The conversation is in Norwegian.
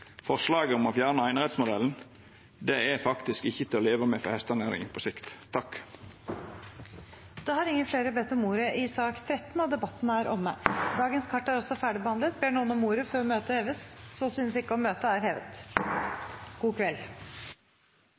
forslaget om å fjerna einerettsmodellen – det er faktisk ikkje til å leva med for hestenæringa på sikt. Flere har ikke bedt om ordet til sak nr. 13. Sakene på dagens kart er dermed ferdigbehandlet. Ber noen om ordet før møtet heves? – Så synes ikke, og møtet er hevet.